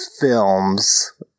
films